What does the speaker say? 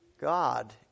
God